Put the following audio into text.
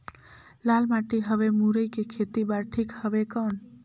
लाल माटी हवे मुरई के खेती बार ठीक हवे कौन?